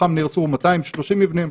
מתוכם נהרסו 230 מבנים.